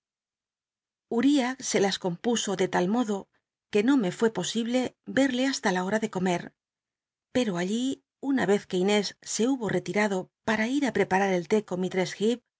uriah se las compuso de tal modo que no me l'ué posible erle hasta la hora de comer pero allí una vez que inés se hubo relirado ara ini preparar el